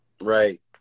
right